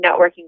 networking